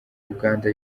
uganda